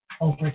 over